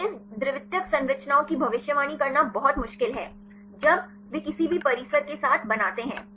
तो इस द्वितीयक संरचनाओं की भविष्यवाणी करना बहुत मुश्किल है जब वे किसी भी परिसर के साथ बनाते हैं